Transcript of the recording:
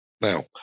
Now